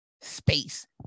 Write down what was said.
space